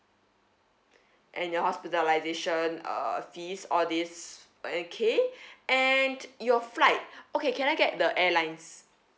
and your hospitalisation uh fees all these okay and your flight okay can I get the airlines